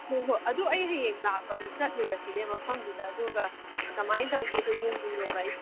ꯍꯣꯏ ꯍꯣꯏ ꯑꯗꯨ ꯑꯩ ꯍꯌꯦꯡ ꯂꯥꯛꯄꯗ ꯆꯠꯂꯨꯔꯁꯤꯅꯦ ꯃꯐꯝꯗꯨꯗ ꯑꯗꯨꯒ ꯀꯃꯥꯏꯅ ꯇꯧꯒꯦꯗꯣ ꯌꯦꯡꯅꯤꯡꯉꯦꯕ ꯑꯩꯁꯨ